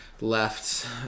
left